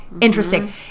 interesting